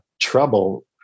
trouble